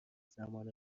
زمان